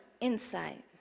insight